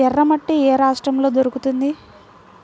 ఎర్రమట్టి ఏ రాష్ట్రంలో దొరుకుతుంది?